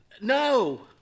No